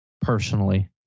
personally